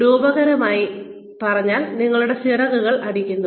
രൂപകമായി പറഞ്ഞാൽ നിങ്ങളുടെ ചിറകുകൾ അടിക്കുന്നു